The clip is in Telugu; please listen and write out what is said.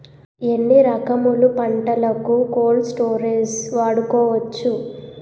ఎన్ని రకములు పంటలకు కోల్డ్ స్టోరేజ్ వాడుకోవచ్చు?